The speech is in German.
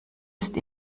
ist